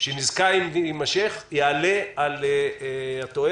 ניזקה של מדיניות זו יעלה על תועלתה.